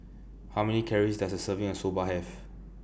How Many Calories Does A Serving of Soba Have